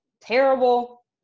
terrible